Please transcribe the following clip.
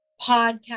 Podcast